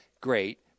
great